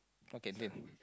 what canteen